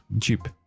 cheap